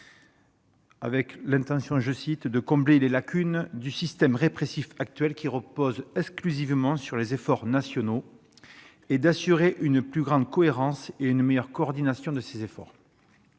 avec l'intention de « combler les lacunes du système répressif actuel, qui repose exclusivement sur les efforts nationaux, et d'assurer une plus grande cohérence et une meilleure coordination de ces efforts